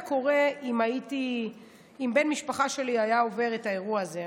קורה אם בן משפחה שלי היה עובר את האירוע הזה.